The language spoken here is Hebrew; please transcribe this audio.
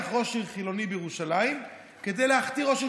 ראש עיר חילוני בירושלים כדי להכתיר ראש עיר,